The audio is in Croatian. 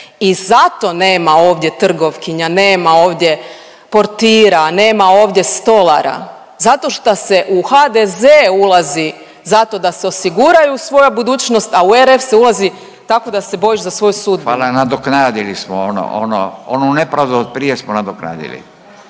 i zato nema ovdje trgovkinja, nema ovdje portira, nema ovdje stolara, zato šta se u HDZ ulazi zato da se osiguraju svoja budućnost, a u RF se ulazi tako da se bojiš za svoju sudbinu. **Radin, Furio (Nezavisni)** Hvala, nadoknadili